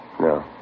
No